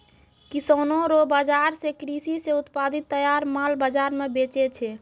किसानो रो बाजार से कृषि से उत्पादित तैयार माल बाजार मे बेचै छै